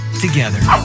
together